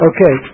Okay